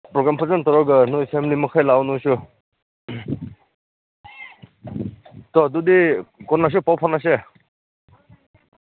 programme ꯐꯖꯅ ꯇꯧꯔꯒ ꯅꯣꯏ ꯐꯦꯃꯤꯂꯤ ꯃꯈꯩ ꯂꯥꯛꯑꯣ ꯅꯣꯏꯁꯨ ꯇꯣ ꯑꯗꯨꯗꯤ ꯀꯣꯟꯅ ꯄꯥꯎ ꯐꯥꯎꯅꯁꯦ